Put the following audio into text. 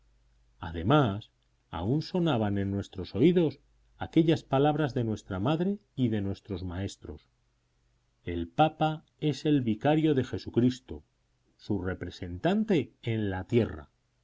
además aún sonaban en nuestros oídos aquellas palabras de nuestra madre y de nuestros maestros el papa es el vicario de jesucristo su representante en la tierra